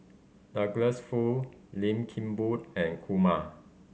Douglas Foo Lim Kim Boon and Kumar